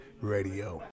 Radio